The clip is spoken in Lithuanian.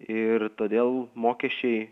ir todėl mokesčiai